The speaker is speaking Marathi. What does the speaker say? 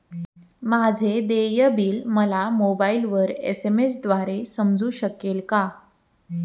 माझे देय बिल मला मोबाइलवर एस.एम.एस द्वारे समजू शकेल का?